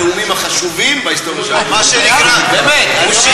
מניסיון, אל תעשה את זה.